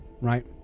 right